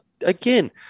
again